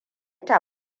ta